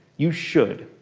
you should.